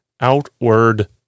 outward